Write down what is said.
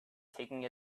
taking